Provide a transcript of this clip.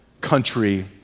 country